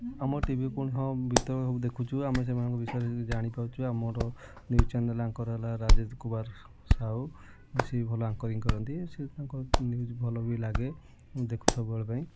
ଆମ ଟିଭି ପୁନଃ ଭିତରେ ସବୁ ଦେଖୁଛୁ ଆମେ ସେମାନଙ୍କ ବିଷୟରେ ଯେମିତି ଜାଣିପାରୁଛୁ ଆମର ନ୍ୟୁଜ୍ ଚ୍ୟାନେଲ୍ ଆଙ୍କର୍ ହେଲା ରାଜେଶ କୁମାର ସାହୁ ସିଏ ବି ଭଲ ଆଙ୍କରିଙ୍ଗ୍ କରନ୍ତି ସିଏ ତାଙ୍କ ନ୍ୟୁଜ୍ ଭଲ ବି ଲାଗେ ଦେଖୁ ସବୁବେଳେ ପାଇଁ